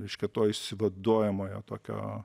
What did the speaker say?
reiškia to išsivaduojamojo tokio